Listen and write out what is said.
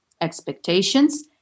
expectations